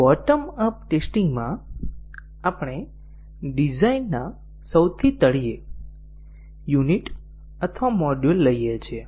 bottom up ટેસ્ટિંગમાં આપણે ડિઝાઇનના સૌથી તળિયે યુનિટ અથવા મોડ્યુલ લઈએ છીએ